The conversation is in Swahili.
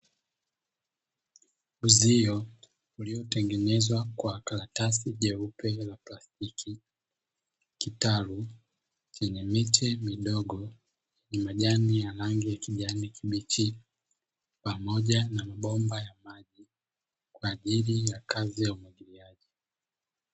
Uzio uliotengenezwa kwa karatasi jeupe la plastiki. Kitalu chenye miche midogo na majani ya rangi ya kijani kibichi pamoja na bomba ya maji kwa ajili ya kazi ya umwagiliaji.